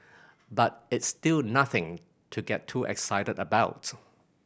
but it's still nothing to get too excited about